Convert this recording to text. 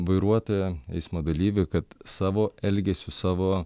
vairuotoją eismo dalyvių kad savo elgesiu savo